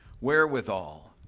wherewithal